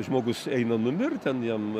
žmogus eina numirt ten jam